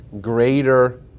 greater